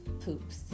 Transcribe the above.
poops